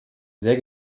sehr